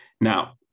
Now